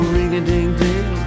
Ring-a-ding-ding